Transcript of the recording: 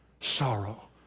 sorrow